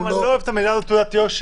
אני גם לא אוהב את המילה הזאת "תעודת יושר".